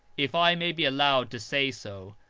if i may be allowed to say so,